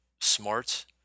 smart